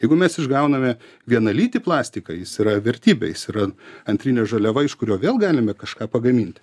jeigu mes išgauname vienalytį plastiką jis yra vertybė jis yra antrinė žaliava iš kurio vėl galime kažką pagaminti